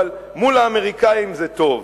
אבל מול האמריקנים זה טוב.